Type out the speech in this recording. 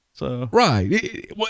Right